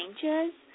changes